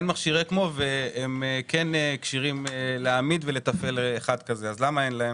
אין שם מכשיר אקמו והם כן כשירים להעמיד ולתפעל אחד כזה אז למה אין להם?